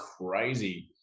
crazy